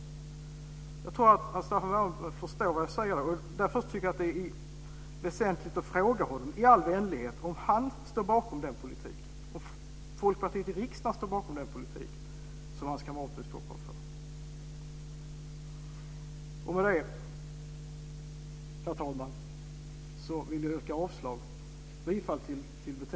Jag tror att Staffan Werme förstår vad jag säger. Därför är det väsentligt att i all vänlighet fråga honom om han står bakom politiken, om Folkpartiet i riksdagen står bakom den politik hans kamrater i Stockholm för. Herr talman! Jag yrkar bifall till förslaget i betänkandet och avslag på reservationerna.